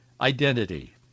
identity